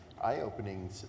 eye-opening